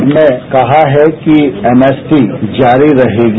हमने कहा है कि एमएसपी जारी रहेगी